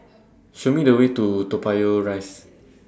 Show Me The Way to Toa Payoh Rise